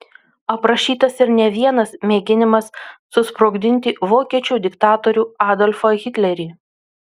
aprašytas ir ne vienas mėginimas susprogdinti vokiečių diktatorių adolfą hitlerį